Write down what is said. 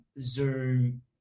Zoom